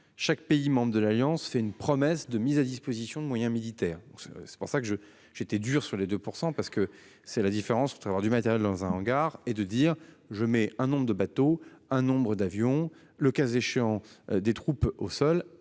chaque pays membre de l'Alliance c'est une. Promesse de mise à disposition de moyens militaires, donc ça c'est pour ça que je j'étais dur sur les 2% parce que c'est la différence entre avoir du matériel dans un hangar et de dire, je mets un nombre de bateaux un nombre d'avions, le cas échéant des troupes au sol à